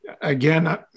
again